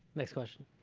next question.